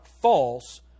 false